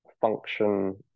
function